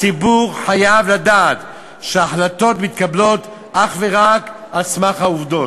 הציבור חייב לדעת שהחלטות מתקבלות אך ורק על סמך העובדות.